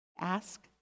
Ask